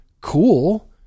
Cool